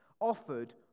offered